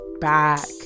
back